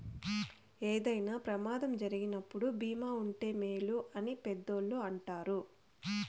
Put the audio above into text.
ఏదైనా ప్రమాదం జరిగినప్పుడు భీమా ఉంటే మేలు అని పెద్దోళ్ళు అంటారు